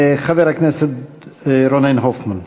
חבר הכנסת רונן הופמן.